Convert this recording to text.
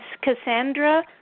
Cassandra